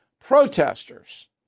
protesters